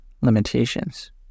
limitations